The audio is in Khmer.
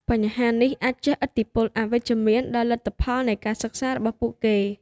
បញ្ហានេះអាចជះឥទ្ធិពលអវិជ្ជមានដល់លទ្ធផលនៃការសិក្សារបស់ពួកគេ។